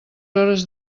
hores